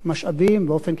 באופן כמעט זניח,